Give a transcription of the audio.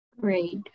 Great